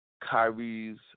Kyrie's